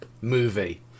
movie